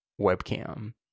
webcam